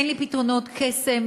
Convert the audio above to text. אין לי פתרונות קסם.